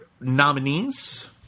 nominees